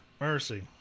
Mercy